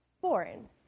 foreign